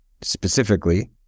specifically